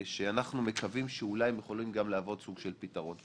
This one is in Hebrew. ואנחנו מקווים שאולי הם יוכלו גם להוות סוג של פתרון.